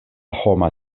homa